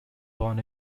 born